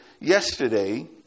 yesterday